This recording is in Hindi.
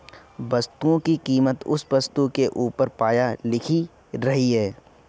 वस्तुओं की कीमत उस वस्तु के ऊपर प्रायः लिखी रहती है